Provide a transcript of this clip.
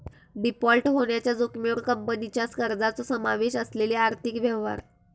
default होण्याच्या जोखमीवर कंपनीच्या कर्जाचो समावेश असलेले आर्थिक व्यवहार